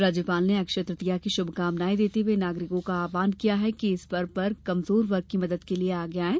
राज्यपाल ने अक्षय तृतीया की श्भकामनाएँ देते हए नागरिकों का आव्हान किया कि इस पर्व पर कमजोर वर्ग की मदद के लिये आगे आएँ